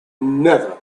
never